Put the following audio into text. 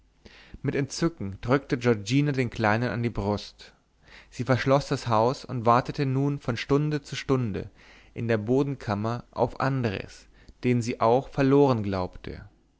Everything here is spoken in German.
mit entzücken drückte giorgina den kleinen an die brust sie verschloß das haus und wartete nun von stunde zu stunde in der bodenkammer auf andres den sie auch verloren glaubte